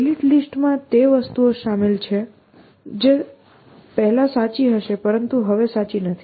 delete લિસ્ટમાં તે વસ્તુઓ શામેલ છે જે સાચી થઈ હશે પરંતુ હવે સાચી નથી